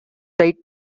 tight